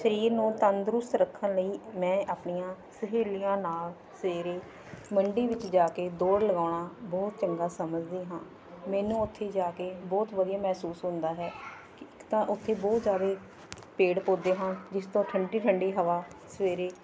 ਸਰੀਰ ਨੂੰ ਤੰਦਰੁਸਤ ਰੱਖਣ ਲਈ ਮੈਂ ਆਪਣੀਆਂ ਸਹੇਲੀਆਂ ਨਾਲ ਸਵੇਰੇ ਮੰਡੀ ਵਿੱਚ ਜਾ ਕੇ ਦੌੜ ਲਗਾਉਣਾ ਬਹੁਤ ਚੰਗਾ ਸਮਝਦੀ ਹਾਂ ਮੈਨੂੰ ਉੱਥੇ ਜਾ ਕੇ ਬਹੁਤ ਵਧੀਆ ਮਹਿਸੂਸ ਹੁੰਦਾ ਹੈ ਇੱਕ ਤਾਂ ਉੱਥੇ ਬਹੁਤ ਜ਼ਿਆਦਾ ਪੇੜ ਪੌਦੇ ਹਨ ਜਿਸ ਤੋਂ ਠੰਡੀ ਠੰਡੀ ਹਵਾ ਸਵੇਰੇ